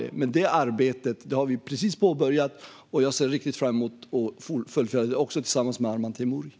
Detta arbete har vi dock precis påbörjat, och jag fram emot att fullfölja det - också tillsammans med Arman Teimouri.